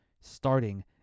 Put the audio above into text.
starting